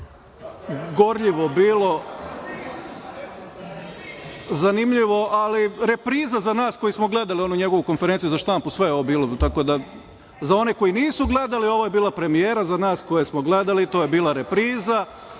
gorljivo bilo. Zanimljivo, ali repriza za nas koji smo gledali onu njegovu konferenciju za štampu. Sve je ovo bilo.Za one koji nisu gledali, ovo je bila premijera, a za nas koje smo gledali, to je bila repriza.